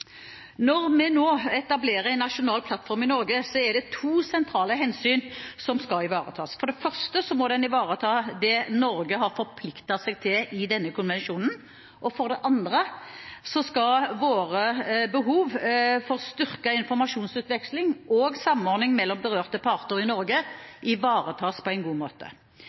Når vi nå skal etablere en nasjonal plattform i Norge, er det to sentrale hensyn som skal ivaretas. For det første må den ivareta det Norge har forpliktet seg til i konvensjonen. For det andre skal våre behov for styrket informasjonsutveksling og samordning mellom berørte parter i Norge ivaretas på en god måte.